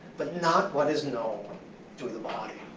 but not what is known to the body.